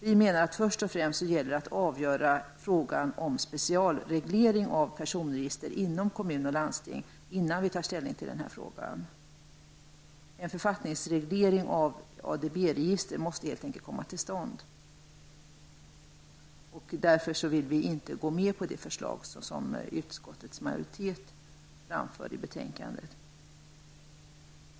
Vi menar att det först och främst gäller att avgöra frågan om specialreglering av personregister inom kommuner och landsting innan vi tar ställning till den nu aktuella frågan. En författningsreglering av ADB register måste helt enkelt komma till stånd. Därför vill vi inte gå med på utskottsmajoritetens förslag i detta avseende.